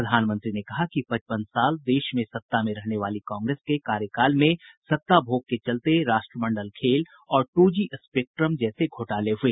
प्रधानमंत्री ने कहा कि पचपन साल देश में सत्ता में रहने वाली कांग्रेस के कार्यकाल में सत्ता भोग के चलते राष्ट्रमंडल खेल और टू जी स्पेक्ट्रम जैसे घोटाले हुए